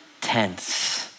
tense